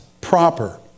proper